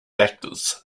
actors